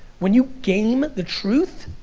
when you game the truth,